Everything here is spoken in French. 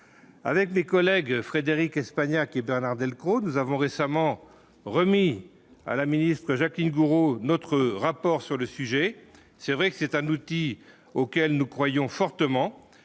avec mes collègues Frédérique Espagnac et Bernard Delcros nous avons récemment remis à la ministre, Jacqueline Gourault, notre rapport sur le sujet, c'est vrai que c'est un outil auquel nous croyons fortement,